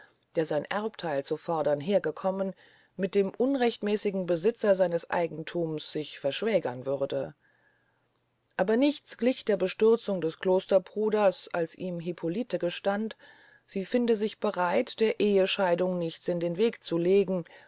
der sein erbtheil zu fordern hergekommen mit dem unrechtmäßigen besitzer seines eigenthums sich verschwägern würde aber nichts glich der bestürzung des klosterbruders als ihm hippolite gestand sie finde sich bereit der ehescheidung nichts in den weg zu legen